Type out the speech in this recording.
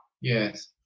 Yes